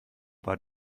war